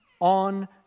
on